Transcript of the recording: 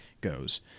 goes